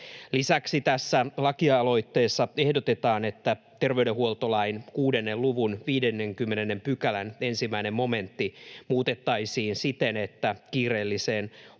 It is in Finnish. Lisäksi tässä lakialoitteessa ehdotetaan, että terveydenhuoltolain 6 luvun 50 §:n 1 momenttia muutettaisiin siten, että kiireelliseen hoitoon